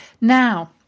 Now